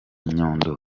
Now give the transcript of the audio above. nyundo